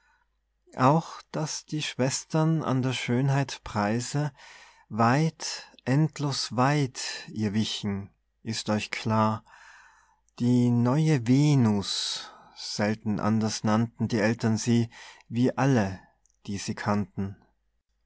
auch daß die schwestern an der schönheit preise weit endlos weit ihr wichen ist euch klar die neue venus selten anders nannten die eltern sie wie alle die sie kannten